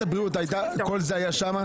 כל זה היה שם?